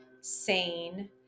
sane